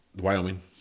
Wyoming